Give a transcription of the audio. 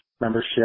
membership